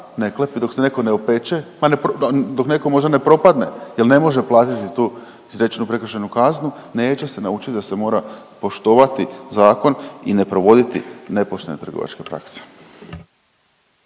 ne klepi, dok se netko ne opeče, dok netko možda ne propadne jer ne može platiti tu izrečenu prekršajnu kaznu neće se naučiti da se mora poštovati zakon i ne provoditi nepoštena trgovačka praksa.